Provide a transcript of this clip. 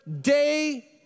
day